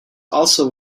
also